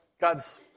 God's